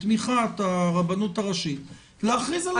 בתמיכת הרבנות הראשית להכריז על עצמו כרב הכותל.